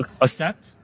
accept